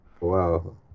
Wow